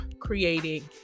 creating